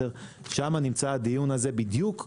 שם נמצא הדיון הזה בדיוק בנושאים המוכרים.